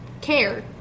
care